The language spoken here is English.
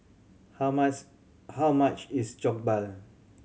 how mass how much is Jokbal